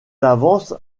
avance